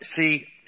See